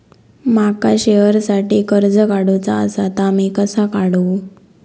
माका शेअरसाठी कर्ज काढूचा असा ता मी कसा काढू?